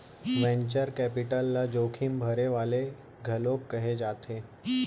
venture capital ल जोखिम भरे वाले घलोक कहे जाथे